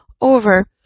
over